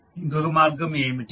ఇంకొక మార్గం ఏమిటి